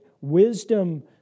Wisdom